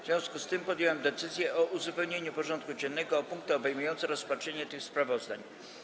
W związku z tym podjąłem decyzję o uzupełnieniu porządku dziennego o punkty obejmujące rozpatrzenie tych sprawozdań.